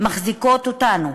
מחזיקות אותנו,